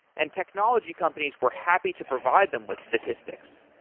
and technology companies were happy to provide them with statistics.